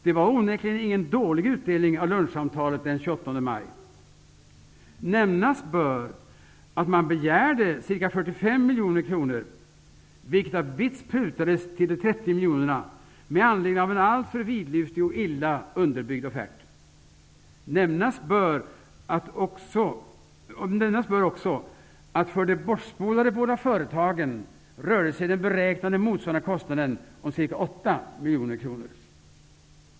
Det var onekligen ingen dålig utdelning av lunchsamtalet den 28 maj. Nämnas bör att man begärde ca 45 miljonerna med anledning av en alltför vidlyftig och illa underbyggd offert. Nämnas bör också att den beräknade motsvarande kostnaden för de båda bortspolade företagen rörde sig om ca 8 miljoner kronor.